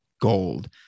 gold